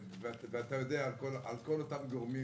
ואתה יודע על כל אותם גורמים